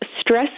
stress